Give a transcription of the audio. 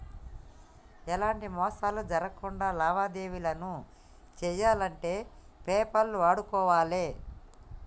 ఎలాంటి మోసాలు జరక్కుండా లావాదేవీలను చెయ్యాలంటే పేపాల్ వాడుకోవాలే